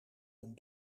een